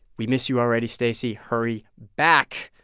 we miss you already, stacey. hurry back.